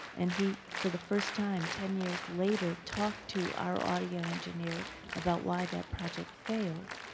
and he, for the first time, ten years later, talked to our audio engineer about why that project failed.